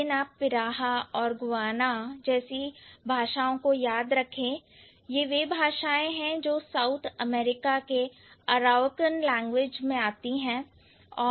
लेकिन आप Pirahaऔर Guyana जैसे भाषाओं को याद रखें यह वह भाषाएं हैं जो साउथ अमेरिका के Arawakan लैंग्वेज में है